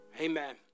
Amen